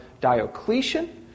Diocletian